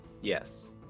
Yes